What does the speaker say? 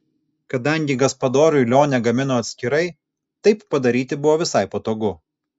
kadangi gaspadoriui lionė gamino atskirai taip padaryti buvo visai patogu